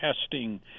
testing